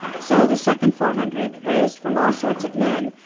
so the second four hundred, raised from all sorts of men,